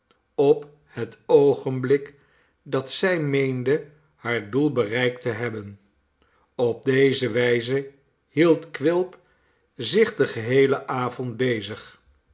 op het oogenblik dat zij meende haar doel bereikt te hebben op deze wijze hield quilp zich den geheelen avond bezig